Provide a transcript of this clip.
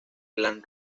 glam